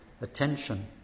attention